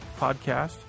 podcast